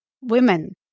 women